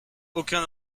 aucun